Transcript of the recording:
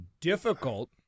difficult